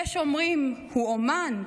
יש אומרים: הוא אומן.